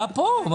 היה פה.